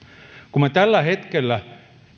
kun me tällä hetkellä